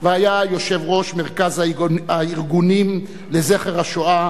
והיה יושב-ראש מרכז הארגונים של ניצולי השואה